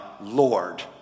Lord